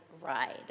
ride